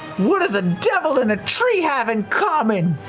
what does a devil and a tree have in common?